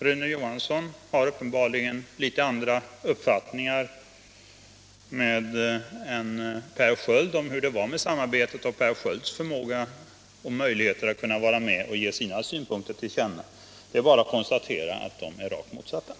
Rune Johansson har uppenbarligen en annan uppfattning än Per Sköld om hur det var med samarbetet och Per Skölds förmåga och möjligheter att vara med och ge sina synpunkter till känna. Det är bara att konstatera att uppfattningarna är rakt motsatta.